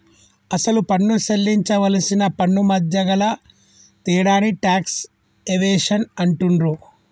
అసలు పన్ను సేల్లించవలసిన పన్నుమధ్య గల తేడాని టాక్స్ ఎవేషన్ అంటుండ్రు